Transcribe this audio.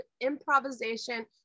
improvisation